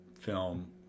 film